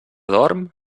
dorm